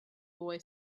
boy